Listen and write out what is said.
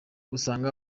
usanga